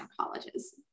colleges